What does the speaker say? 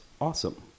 awesome